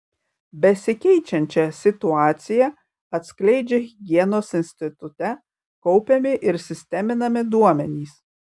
besikeičiančią situaciją atskleidžia higienos institute kaupiami ir sisteminami duomenys